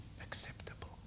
acceptable